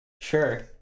Sure